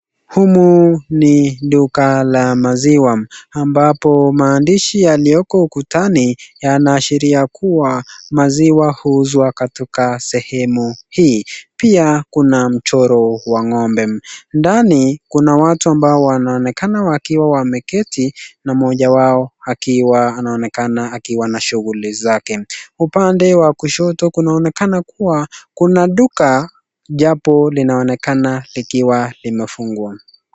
Humu ni duka la maziwa, ambapo maandishi yalioko ukutani, yanahashiria kuwa maziwa uuzwa katika sehemu. Pia kuna mchoro wa ngombe, ndani kuna watu ambao wanaonekana wakiwa wameketi, na moja wao akiwa anaonekana akiwa na shughuli zake. upande wa kushoto kunaonekana kuwa kuna duka, japo linaonekana limefungwa.